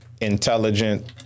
intelligent